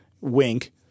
Wink